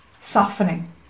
softening